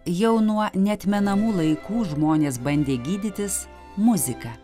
jau nuo neatmenamų laikų žmonės bandė gydytis muzika